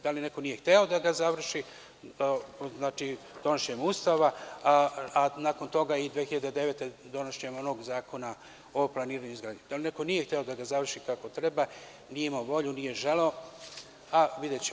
Da li neko nije hteo da ga završi donošenjem Ustava, a nakon toga i 2009. godine donošenjem onog zakona o planiranju i izgradnji, da li neko nije hteo da ga završi kako treba, nije imao volju ili nije želeo, videćemo.